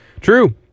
True